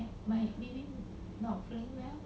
my meaning not feeling well